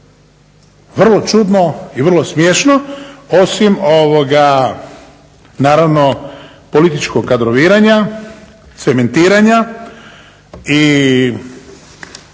Vrlo čudno i vrlo smiješno, osim naravno političkog kadroviranja, cementiranja i